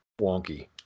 wonky